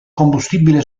combustibile